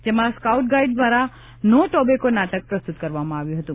જેમાં scout guide દ્વારા નો ટેબકો નાટક પ્રસ્તુત કરવામાં આવ્યું હતું